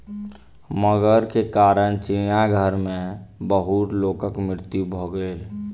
मगर के कारण चिड़ियाघर में बहुत लोकक मृत्यु भ गेल